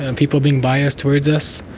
and people being biased towards us.